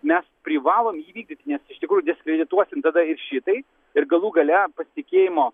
mes privalom jį vykdyt nes iš tikrųjų diskredituosim tada ir šitai ir galų gale pasitikėjimo